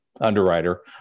underwriter